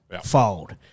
fold